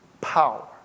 power